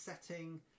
setting